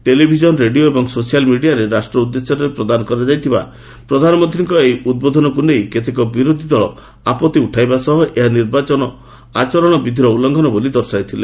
television radio ଓ social ମିଡିଆରେ ରାଷ୍ଟ୍ର ଉଦ୍ଦେଶ୍ୟରେ ପ୍ରଦାନ କରାଯାଇଥିବା ପ୍ରଧାନମନ୍ତ୍ରୀଙ୍କ ଏହି ଉଦ୍ବୋଧନକୁ ନେଇ କେତେକ ବିରୋଧୀ ଦଳ ଆପତ୍ତି ଉଠାଇବା ସହ ଏହା ନିର୍ବାଚନ ଆଚରଣ ବିଧିର ଉଲ୍ଲ୍ଙ୍ଘନ ବୋଲି ଦର୍ଶାଇଥିଲେ